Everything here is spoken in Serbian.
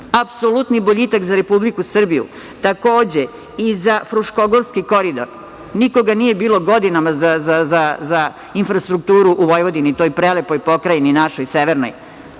apsolutni boljitak za Republiku Srbiju. Takođe, i za Fruškogorski koridor. Nikoga nije bilo godinama za infrastrukturu u Vojvodini, u toj prelepoj pokrajini našoj, severnoj.